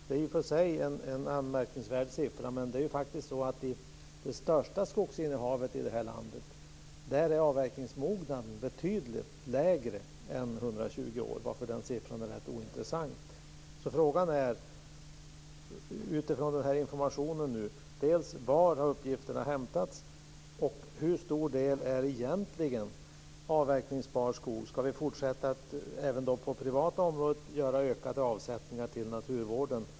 Det är i och för sig en anmärkningsvärd siffra. I det största skoginnehavet i det här landet är avverkningsmognanden betydligt lägre än 120 år, varför den siffran är rätt ointressant. Utifrån den här informationen är frågorna: Var har uppgifterna hämtats? Hur stor del är egentligen avverkningsbar skog? Ska vi fortsätta att göra ökade avsättningar även på det privata området till naturvården?